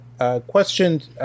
questioned